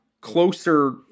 closer